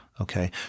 Okay